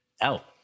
out